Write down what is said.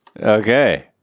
Okay